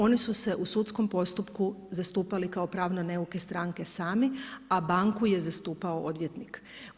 Oni su se u sudskom postupku zastupali kao pravno neuke stranke sami, a banku je zastupao odvjetnik.